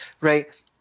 right